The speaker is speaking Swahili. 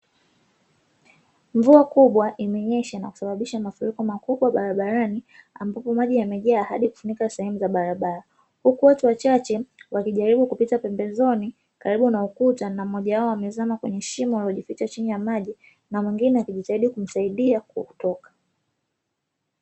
Mvua kubwa imenyesha na kusababisha mafuriko makubwa barabarani, ambapo maji yamejaa hadi kufunika sehemu za barabara, huku watu wachache wakijaribu kupita pembezoni karibu na ukuta, na mmoja wao amezama kwenye shimo lililojificha chini ya maji, na mwengine akijitahidi kumsaidia kutoka.